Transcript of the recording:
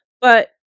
But-